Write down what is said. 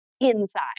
inside